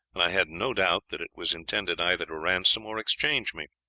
and i had no doubt that it was intended either to ransom or exchange me.